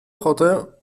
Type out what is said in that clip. ochotę